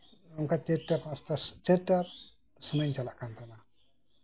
ᱚᱱᱠᱟ ᱪᱟᱹᱨᱴᱟ ᱯᱟᱸᱪᱴᱟ ᱥᱚᱢᱚᱭ ᱤᱧ ᱪᱟᱞᱟᱜ ᱠᱟᱱ ᱛᱟᱸᱦᱮᱱᱟ